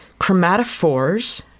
chromatophores